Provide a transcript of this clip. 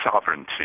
sovereignty